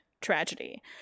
tragedy